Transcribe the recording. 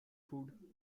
food